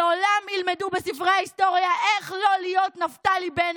ולעולם ילמדו בספרי ההיסטוריה איך לא להיות נפתלי בנט.